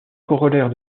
corollaire